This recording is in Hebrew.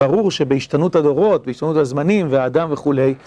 ברור שבהשתנות הדורות, בהשתנות הזמנים, והאדם וכולי